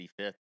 55th